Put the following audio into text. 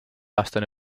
aastane